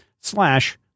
slash